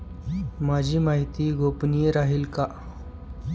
माझी माहिती गोपनीय राहील का?